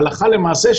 הלכה למעשה,